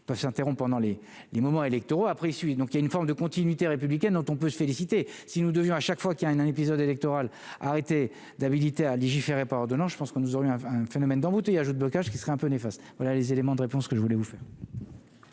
peuvent s'interrompt pendant les les moments électoraux et donc il y a une forme de continuité républicaine dont on peut se féliciter si nous devions à chaque fois qu'il y a un an, épisode électoral arrêtez d'habilité à légiférer par ordonnances, je pense que nous aurions un phénomène d'embouteillages de blocage qui serait un peu néfaste, voilà les éléments de réponse que je voulais vous faire.